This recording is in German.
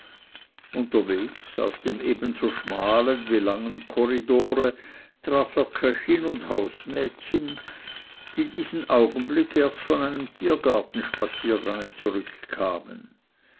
unterwegs auf dem ebenso schmalen wie langen korridore traf er köchin und hausmädchen die diesen augenblick erst von einem tiergartenspaziergange zurückkamen